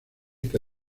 que